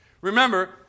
remember